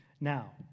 Now